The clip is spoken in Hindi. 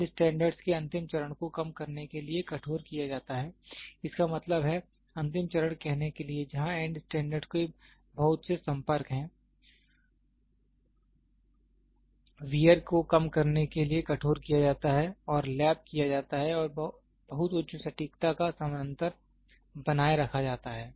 एंड मेजरमेंट्स के अंतिम चरण को कम करने के लिए कठोर किया जाता है इसका मतलब है अंतिम चरण कहने के लिए जहां एंड स्टैंडर्ड के बहुत से संपर्क हैं वियर को कम करने के लिए कठोर किया जाता है और लैप किया जाता है और बहुत उच्च सटीकता का समानांतर बनाए रखा जाता है